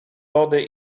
lody